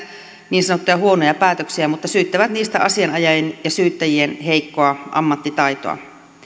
niin sanottuja huonoja päätöksiä mutta syyttävät niistä asianajajien ja syyttäjien heikkoa ammattitaitoa